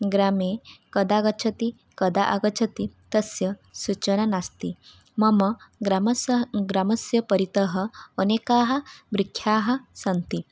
ग्रामे कदा गच्छति कदा आगच्छति तस्य सूचना नास्ति मम ग्रामस्य ग्रामस्य परितः अनेके वृक्षाः सन्ति